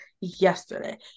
yesterday